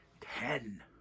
Ten